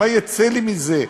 מה יצא לי מזה?